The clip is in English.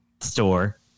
store